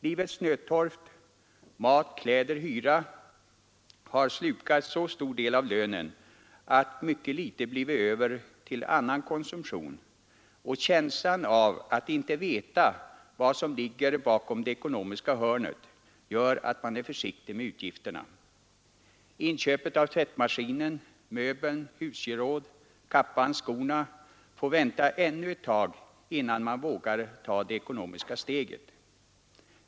Livets nödtorft — mat, kläder och hyra — har slukat så stor del av lönen att mycket litet blivit över till annan konsumtion, och känslan av att inte veta vad som ligger bakom det ekonomiska hörnet gör att man är försiktig med utgifterna. Inköpet av tvättmaskinen, möbeln, husgerådet, kappan eller skorna får vänta ännu ett tag, innan man vågar ta det ekonomiska steget.